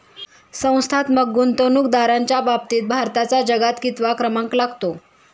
संस्थात्मक गुंतवणूकदारांच्या बाबतीत भारताचा जगात कितवा क्रमांक लागतो?